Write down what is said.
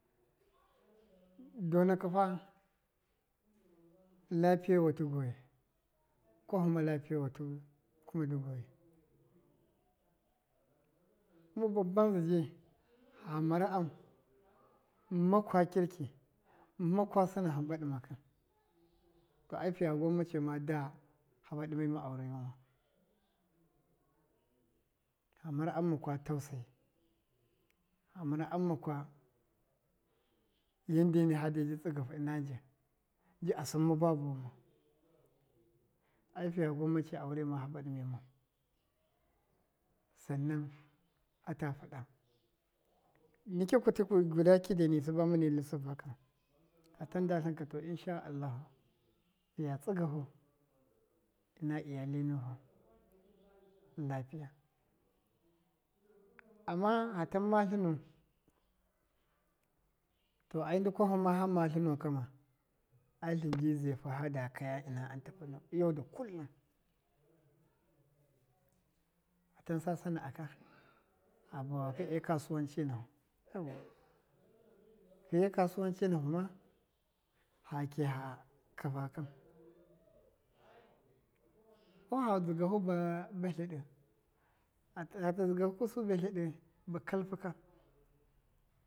Donakɨ fa lapiye watɨ goyɨ kwahɨma lappiyewatɨ kuma dɨgoyi, kuma babbanza ji fa mara an ma kwa kirki makwa sɨnaka hamba ɗɨmakɨ to ai fɨya gwammace ma da faba ɗɨmɨma aurayuma fa mara an makwa tau sayi, fa mara an makwa yandena fadebi tsigafu ɨna njɨ. mji a sɨmma babuwu ai fiya gwammace aurema faba ɗɨmɨmau, san nan ata fɨɗa, nikya kutɨ guda kidini siba mɨne lɨsafe ka, fatanda tlɨnka to, inshaallah sa ghɨnsɨ kai fɨya tsɨgafu ɨna iyale nifu lapiya ama fatanma tlɨnu, to ai ndɨ kwalima fama tlɨnu kama, ai tlɨnji e fufada kaya ɨna an tafu you da kullum, fatansa sana a ka fabawafu e kasuwanci nafu yau wa, fiye kasuwanci nafu ma fa kiya fa kafa kan, ko fa dʒɨgafu ba- ba tlaɗɨ a fata dzigaku su ba tlaɗi ba kalpɨ ka.